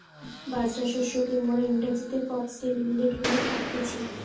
বাজরা শস্যকে মোরা ইংরেজিতে ফক্সটেল মিলেট বলে থাকতেছি